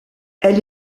elle